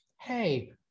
Hey